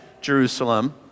Jerusalem